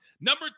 Number